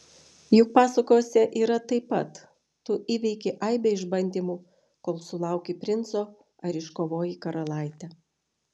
juk pasakose yra taip pat tu įveiki aibę išbandymų kol sulauki princo ar iškovoji karalaitę